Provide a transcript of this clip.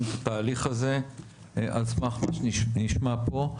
את התהליך הזה על סמך מה שנשמע פה.